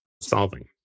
solving